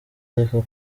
ariko